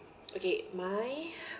okay my